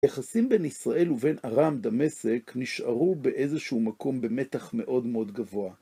יחסים בין ישראל ובין ארם, דמשק, נשארו באיזשהו מקום במתח מאוד מאוד גבוה.